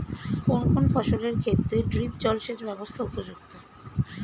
কোন কোন ফসলের ক্ষেত্রে ড্রিপ জলসেচ ব্যবস্থা উপযুক্ত?